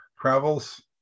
travels